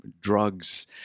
drugs